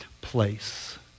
place